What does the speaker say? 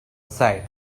side